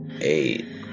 eight